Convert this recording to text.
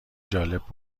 جالب